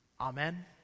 Amen